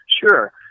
Sure